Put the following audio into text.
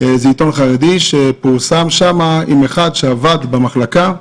- עיתון חרדי - שפורסם בו על אחד שעבד במחלקה,